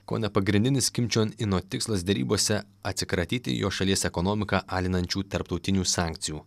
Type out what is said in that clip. kone pagrindinis kim čion ino tikslas derybose atsikratyti jo šalies ekonomiką alinančių tarptautinių sankcijų